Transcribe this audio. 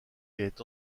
est